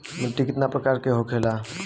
मिट्टी कितना प्रकार के होखेला?